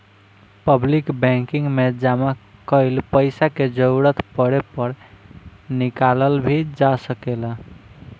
public banking में जामा कईल पइसा के जरूरत पड़े पर निकालल भी जा सकेला